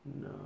No